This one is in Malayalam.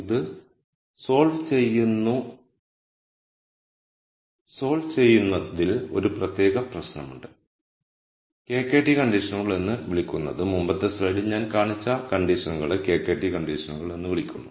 ഇത് സോൾവ് ചെയ്യുന്നുക്കുന്നതിൽ ഒരു പ്രത്യേക പ്രശ്നമുണ്ട് KKT കണ്ടിഷനുകൾ എന്ന് വിളിക്കുന്നത് മുമ്പത്തെ സ്ലൈഡിൽ ഞാൻ കാണിച്ച കണ്ടീഷൻകളെ KKT കണ്ടിഷനുകൾ എന്ന് വിളിക്കുന്നു